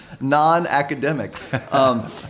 non-academic